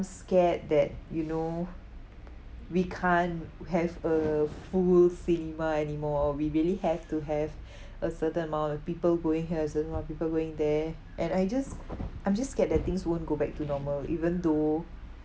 scared that you know we can't have a full cinema anymore we really have to have a certain amount of people going here's cinema people going there and I just I'm just scared that things won't go back to normal even though